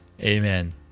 amen